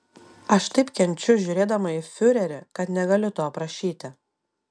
aš taip kenčiu žiūrėdama į fiurerį kad negaliu to aprašyti